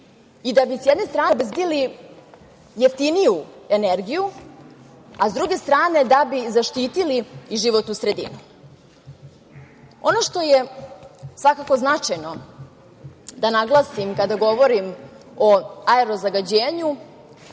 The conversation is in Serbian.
i da bi, s jedne strane, obezbedili jeftiniju energiju, a s druge strane da bi zaštitili životnu sredinu. Ono što je svakako značajno da naglasim kada govorim o aero zagađenju